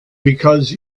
because